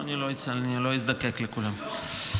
אני לא אזדקק לכולן.